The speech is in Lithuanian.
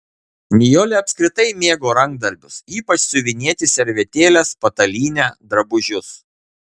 nijolė apskritai mėgo rankdarbius ypač siuvinėti servetėles patalynę drabužius